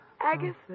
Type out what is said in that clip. Agatha